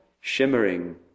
shimmering